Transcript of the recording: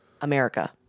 America